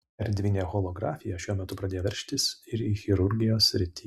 erdvinė holografija šiuo metu pradėjo veržtis ir į chirurgijos sritį